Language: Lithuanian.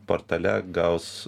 portale gaus